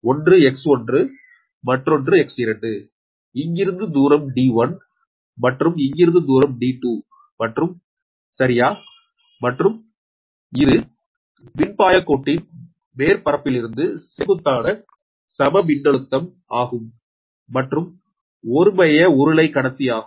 ஒன்று X1 மற்றொன்று X2 இங்கிருந்து தூரம் D1 மற்றும் இங்கிருந்து தூரம் D2 மற்றும் சரியா மற்றும் இது மின்பாயக் கோட்டின் மேற்பரப்பிலிருந்து செங்குத்தான சமமின்னழுத்தம் ஆகும் மற்றும் ஒருமைய உருளை கடத்தி ஆகும்